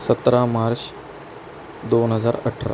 सतरा मार्च दोन हजार अठरा